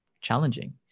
challenging